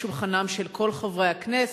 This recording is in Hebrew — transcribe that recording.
לשולחנם של כל חברי הכנסת,